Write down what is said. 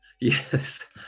Yes